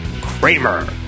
Kramer